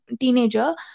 teenager